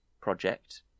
project